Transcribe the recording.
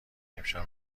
امشب